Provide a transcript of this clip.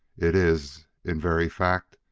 it is, in very fact,